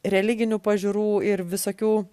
religinių pažiūrų ir visokių